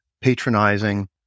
patronizing